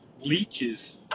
leeches